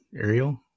Ariel